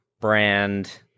brand